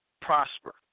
prosper